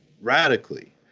radically